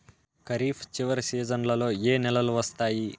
ఖరీఫ్ చివరి సీజన్లలో ఏ నెలలు వస్తాయి?